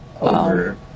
over